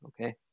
Okay